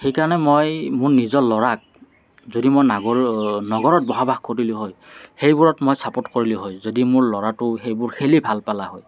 সেইকাৰণে মই মোৰ নিজৰ ল'ৰাক যদি মই নাগৰ নগৰত বসবাস কৰিলোঁ হয় সেইবোৰত মই চাপৰ্ট কৰিলোঁ হয় যদি মোৰ ল'ৰাটো সেইবোৰ খেলি ভাল পালে হয়